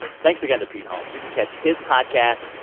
thanks again to pete holmes. you can catch his podcast.